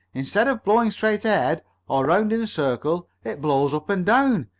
instead of blowing straight ahead around in a circle it blows up and down.